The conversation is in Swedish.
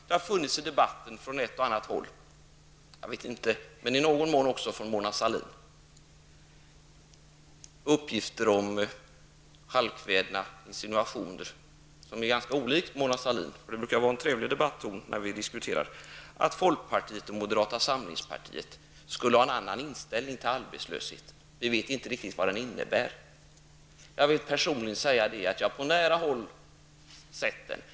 Det har i debatten från ett och annat håll och i någon mån också från Mona Sahlin -- detta är ganska olikt Mona Sahlin, eftersom vi brukar ha en trevlig debatton när vi diskuterar -- förekommit halvkvädna insinuationer om att folkpartiet och moderata samlingspartiet skulle ha en annan inställning till arbetslösheten. Vi skulle inte riktigt veta vad den innebär. Jag vill personligen säga att jag på nära håll har sett den.